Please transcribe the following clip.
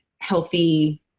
healthy